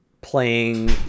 playing